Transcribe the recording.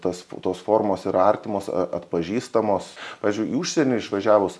tas tos formos yra artimos atpažįstamos pavyzdžiui į užsienį išvažiavus